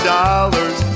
dollars